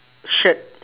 shirt